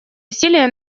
усилия